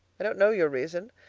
i don't know your reason,